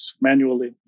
manually